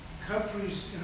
countries